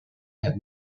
had